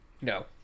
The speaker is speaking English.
no